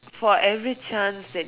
for every chance that you